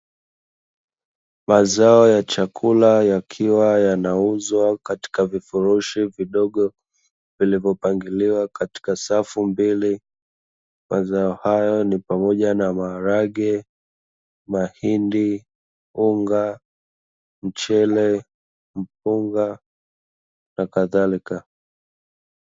Mazao ya chakula yakiwa yanauzwa katika vifurushi vidogo vilivyopangiliwa katika safu mbili. Mazao hayo ni pamoja na maharage, mahindi, unga, mchele, mpunga na kadhalika.